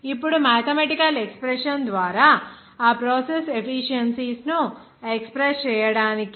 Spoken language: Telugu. ఇప్పుడు మాథెమెటికల్ ఎక్స్ప్రెషన్ ద్వారా ఆ ప్రాసెస్ ఎఫిషియన్సీస్ ను ఎక్స్ప్రెస్ చేయటానికి